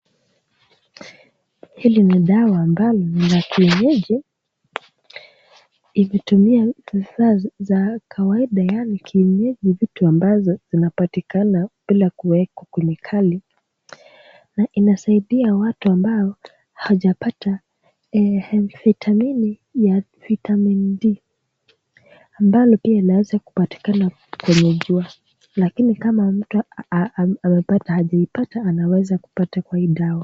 Hili ni dawa ambalo ni la kienyeji. Imetumia vifaa za kawaida yaani kienyeji, vitu ambazo zinapatikana bila kuwekwa kemikali na inasaidia watu ambao hawajapata vitamini ya vitamini D, ambayo pia inaweza kupatikana kwenye jua, lakini kama mtu amepata hajaipata, anaweza kupata kwa hii dawa.